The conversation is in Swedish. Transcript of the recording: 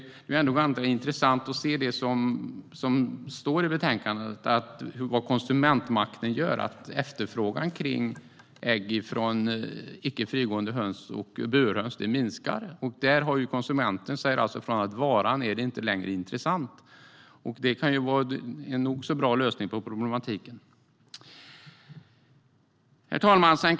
Det är intressant att läsa i betänkandet om konsumentmakten. Efterfrågan på ägg från icke frigående höns och burhöns minskar. Det visar att konsumenterna säger att varan inte längre är intressant, och det kan vara en nog så bra lösning på problematiken. Herr talman!